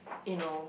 you know